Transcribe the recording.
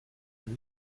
man